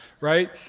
right